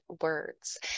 words